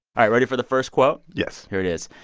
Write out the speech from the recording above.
all right. ready for the first quote? yes here it is.